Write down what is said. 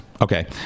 Okay